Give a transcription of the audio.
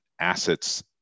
assets